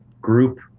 group